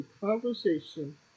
conversation